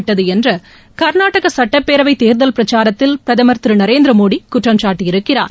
விட்டது என்று கா்நாடக சுட்டப்பேரவை தேர்தல் பிரச்சாரத்தில் பிரதமா் திரு நரேந்திரமோடி குற்றம் சாட்டியிருக்கிறார்